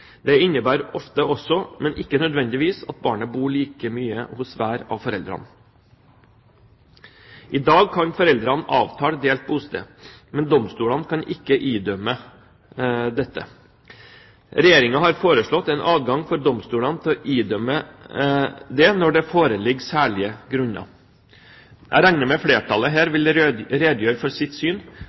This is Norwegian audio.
Det innebærer ofte også, men ikke nødvendigvis, at barnet bor like mye hos hver av foreldrene. I dag kan foreldrene avtale delt bosted, men domstolene kan ikke idømme dette. Regjeringen har foreslått en adgang for domstolene til å idømme det når det foreligger særlige grunner. Jeg regner med flertallet her vil redegjøre for sitt syn.